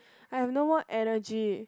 I have no more energy